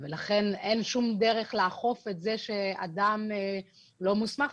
לכן אין שום דרך לאכוף את זה שאדם לא מוסמך.